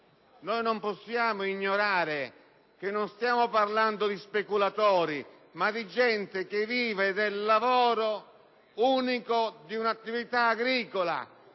Non possiamo ignorare che non stiamo parlando di speculatori, ma di gente che vive del lavoro unico di un'attività agricola: